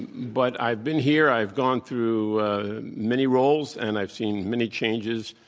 but i've been here. i've gone through many roles, and i've seen many changes,